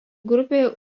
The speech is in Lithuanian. grupėje